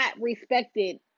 respected